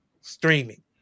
streaming